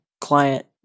client